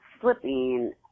slipping